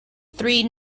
three